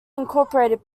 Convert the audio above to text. incorporated